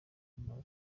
kamaro